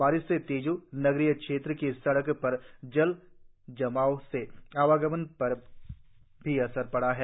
बारिश से तेजू नगरिय क्षेत्र की सड़क पर जल जमाव से आवागमन पर भी असर पड़ा है